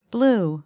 Blue